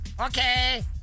okay